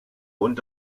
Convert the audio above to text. und